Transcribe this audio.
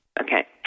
Okay